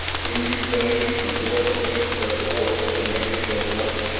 when you say you can go up against their fort and make it as nothing!